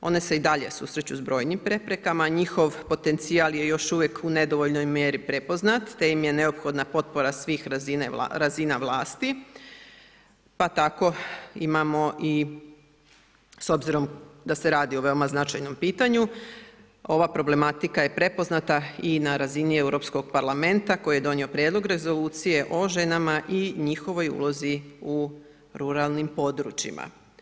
One se i dalje susreću s brojnim preprekama, njihov potencijal je još uvijek u nedovoljnoj mjeri prepoznati, te im je neophodna potpora svih razina vlasti pa tako imamo i s obzirom da se radi o veoma značajnom pitanju, ova problematika je prepoznate i na razini Europskog parlamenta, koji je dobio prijedlog rezolucije o ženama i njihovoj ulozi u ruralnim područjima.